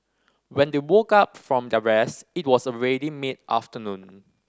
when they woke up from their rest it was already mid afternoon